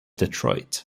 detroit